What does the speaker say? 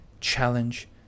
challenge